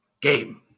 Game